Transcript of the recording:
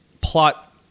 plot